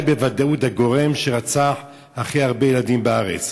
בוודאות הגורם שרצח הכי הרבה ילדים בארץ,